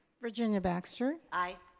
virginia baxter? ay.